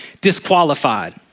disqualified